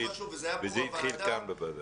וזה התחיל כאן בוועדה.